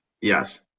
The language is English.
Yes